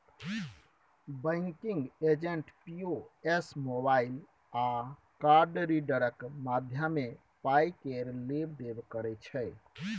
banking agent POS, mobile आ card रीडरक माध्यमे पाय केर लेब देब करै छै